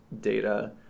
data